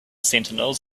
sentinels